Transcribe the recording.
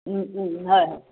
হয়